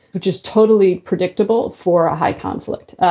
which is totally predictable for a high conflict,